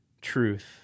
truth